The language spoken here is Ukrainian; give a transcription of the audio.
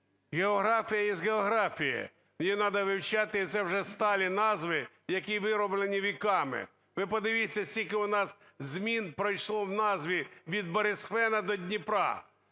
Географія є географія, її треба вивчати, і це вже сталі назви, які вироблені віками. Ви подивіться, скільки у нас змін пройшло в назві від Борисфена до Дніпра,